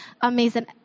amazing